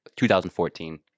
2014